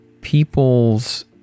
people's